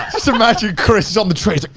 just imagine chris, he's on the train.